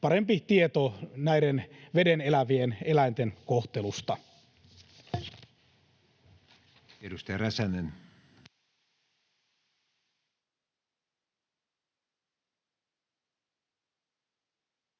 parempi tieto näiden vedenelävien, eläinten, kohtelusta.